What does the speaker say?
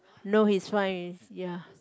no his fine already ya